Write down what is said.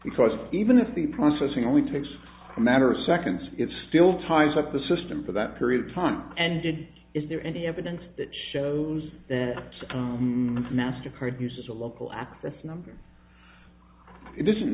because even if the processing only takes a matter of seconds it still ties up the system for that period of time ended is there any evidence that shows that master card uses a local access number it isn't